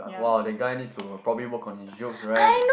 !wow! that guy need to probably work on his jokes right